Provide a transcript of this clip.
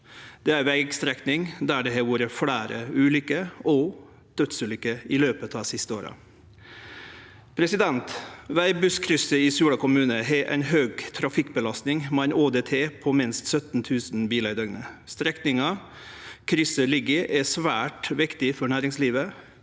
Det er ei vegstrekning der det har vore fleire ulykker og dødsulykker i løpet av dei siste åra. Veibustkrysset i Suldal kommune har ei høg trafikkbelastning, med ein ÅDT på minst 17 000 bilar i døgnet. Strekninga krysset ligg i, er svært viktig for næringslivet